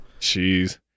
Jeez